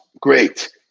great